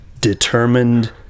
determined